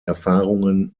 erfahrungen